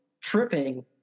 tripping